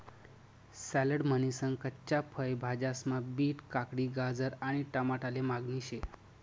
salad म्हनीसन कच्च्या फय भाज्यास्मा बीट, काकडी, गाजर आणि टमाटाले मागणी शे